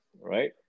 Right